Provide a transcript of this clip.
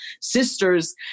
sisters